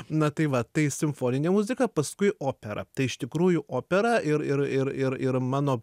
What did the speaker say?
na tai va tai simfoninė muzika paskui opera tai iš tikrųjų opera ir ir ir ir ir mano